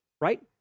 right